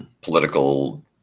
political